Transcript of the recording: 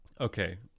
okay